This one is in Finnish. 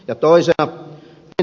ja toisena